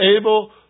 able